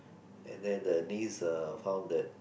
and then the niece uh found that